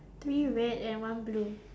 three red and one blue